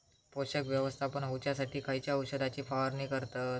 पोषक व्यवस्थापन होऊच्यासाठी खयच्या औषधाची फवारणी करतत?